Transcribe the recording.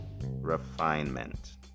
refinement